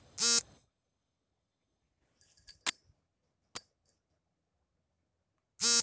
APMC ಗಳು ರೈತರಿಗೆ ಮಾರುಕಟ್ಟೆ ಸೌಲಭ್ಯವನ್ನು ಸರಳಗೊಳಿಸಲು ಏನು ಕ್ರಮ ಕೈಗೊಂಡಿವೆ?